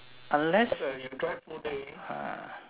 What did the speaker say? unless (uh huh)